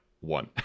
one